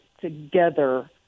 together